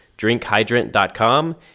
drinkhydrant.com